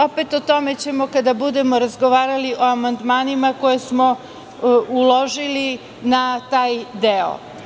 O tome ćemo, kada budemo razgovarali o amandmanima koje smo uložili na taj deo.